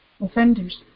offenders